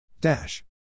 Dash